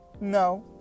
No